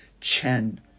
Chen